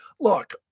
Look